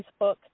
Facebook